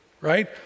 right